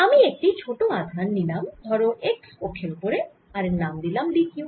আমি একটি ছোট আধান নিলাম ধরো x অক্ষের ওপর আর এর নাম দিলাম d q